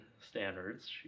standards